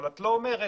אבל את לא אומרת